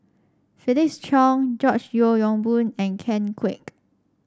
Felix Cheong George Yeo Yong Boon and Ken Kwek